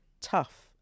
tough